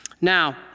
Now